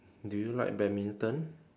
do you like badminton